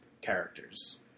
characters